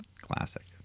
Classic